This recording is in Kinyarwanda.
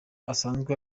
asanzwe